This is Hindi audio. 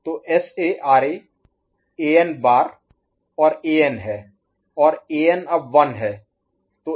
तो SA RA An बार An' और An है और An अब 1 है